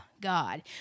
God